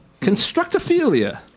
Constructophilia